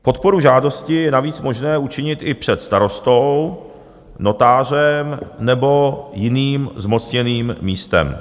Podporu žádosti je navíc možné učinit i před starostou, notářem nebo jiným zmocněným místem.